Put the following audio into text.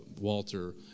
Walter